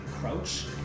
crouch